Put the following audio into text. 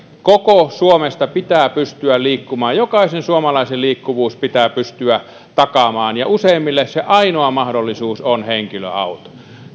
koko suomessa pitää pystyä liikkumaan jokaisen suomalaisen liikkuvuus pitää pystyä takaamaan ja useimmille ainoa mahdollisuus on henkilöauto